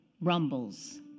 rumbles